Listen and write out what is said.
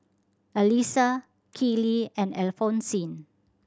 Elisa Keely and Alphonsine